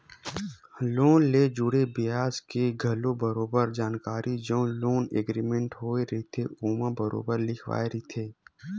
loan ले जुड़े बियाज के घलो बरोबर जानकारी जउन लोन एग्रीमेंट होय रहिथे ओमा बरोबर लिखाए रहिथे